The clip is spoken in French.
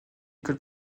école